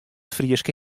fryske